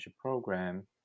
program